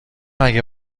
اگه